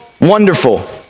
Wonderful